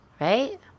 Right